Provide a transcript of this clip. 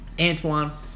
Antoine